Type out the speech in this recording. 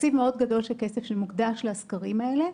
תקציב מאוד גדול של כסף שמוקדש לסקרים האלה.